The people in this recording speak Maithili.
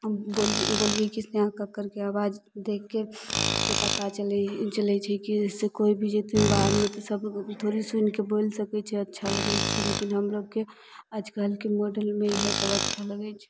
बोली बोलिए कि से नेहा कक्कड़के आवाज देखिके पता चलै चलै छै कि से कोइ भी जएथिन बाहरमे तऽ सब थोड़े सुनिके बोलि सकै छै अच्छा लगै छै लेकिन हम लोकके आजकलके मॉडलमे इएहसब अच्छा लागै छै